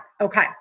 okay